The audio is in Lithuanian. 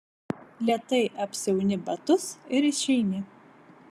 lėtai apsiauni batus ir išeini